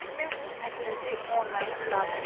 مےٚ اۆن اَکہِ لَٹہِ آن لاین بٕلاوَر